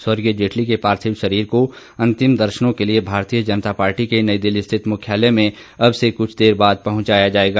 स्वर्गीय जेटली के पार्थिव शरीर को अंतिम दर्शनों के लिए भारतीय जनता पार्टी के नई दिल्ली स्थित मुख्यालय में अब से कुछ देर बाद पहुंचाया जाएगा